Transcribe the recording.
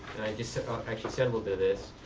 and i just actually said we'll do this,